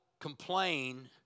complain